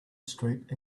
street